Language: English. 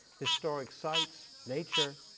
historic sites, nature,